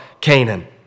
Canaan